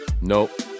Nope